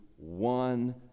one